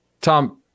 Tom